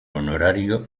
honorario